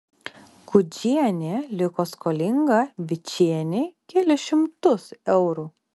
gudžienė liko skolinga vičienei kelis šimtus eurų